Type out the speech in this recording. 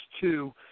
two